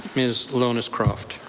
ms. lohnes-croft.